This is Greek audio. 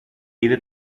είδε